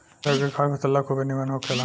भेड़ के खाद फसल ला खुबे निमन होखेला